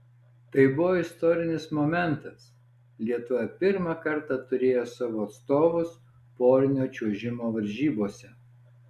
tai buvo istorinis momentas lietuva pirmą kartą turėjo savo atstovus porinio čiuožimo varžybose